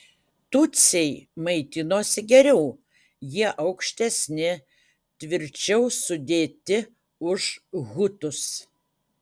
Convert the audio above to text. tutsiai maitinosi geriau jie aukštesni tvirčiau sudėti už hutus